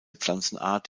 pflanzenart